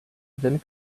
then